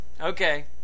Okay